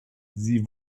sie